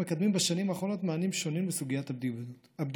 מקדמים בשנים האחרונות מענים שונים לסוגיית הבדידות.